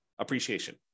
appreciation